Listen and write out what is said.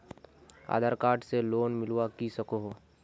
आधार card से की loan मिलवा सकोहो?